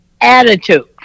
attitude